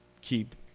keep